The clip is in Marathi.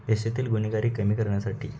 देशातील गुन्हेगारी कमी करण्यासाठी